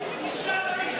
בסדר.